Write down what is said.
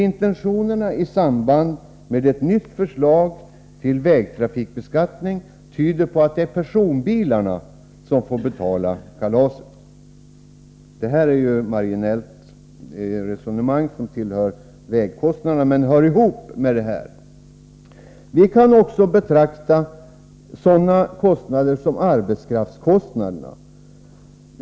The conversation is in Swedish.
Intentionerna i samband med ett nytt förslag till vägtrafikbeskattning tyder på att det är personbilarna som får betala kalaset. — Detta resonemang hänför sig till vägkostnaderna, men det är relevant i sammanhanget. Vi kan på samma sätt betrakta arbetskraftskostnaderna.